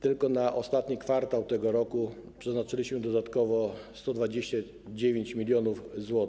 Tylko na ostatni kwartał tego roku przeznaczyliśmy dodatkowo 129 mln zł.